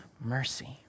mercy